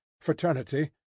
Fraternity